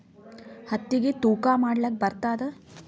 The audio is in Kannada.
ಹತ್ತಿಗಿ ತೂಕಾ ಮಾಡಲಾಕ ಬರತ್ತಾದಾ?